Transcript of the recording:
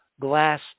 glass